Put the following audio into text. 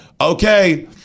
okay